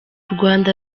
rwanda